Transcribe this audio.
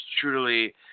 truly